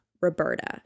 Roberta